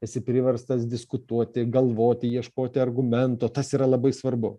esi priverstas diskutuoti galvoti ieškoti argumento tas yra labai svarbu